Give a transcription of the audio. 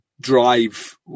drive